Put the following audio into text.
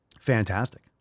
fantastic